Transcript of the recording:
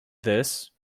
this